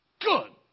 Good